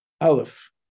Aleph